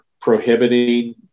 prohibiting